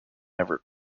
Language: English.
never